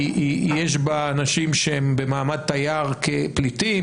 יש בה אנשים שהם במעמד תייר כפליטים,